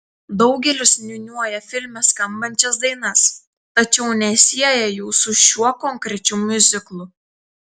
daugelis niūniuoja filme skambančias dainas tačiau nesieja jų su šiuo konkrečiu miuziklu